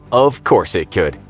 of course it could.